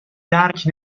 درک